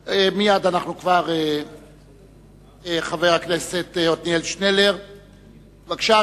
היושב-ראש, חברי הכנסת, הנה,